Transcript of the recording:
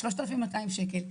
3,200 שקל,